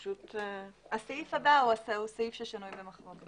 הסעיף הבא שנוי במחלוקת.